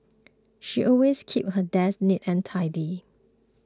she always keeps her desk neat and tidy